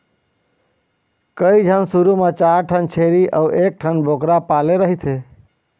कइझन शुरू म चार ठन छेरी अउ एकठन बोकरा पाले रहिथे